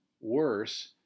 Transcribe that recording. worse